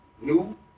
new